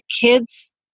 kids